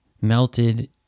melted